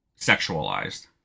sexualized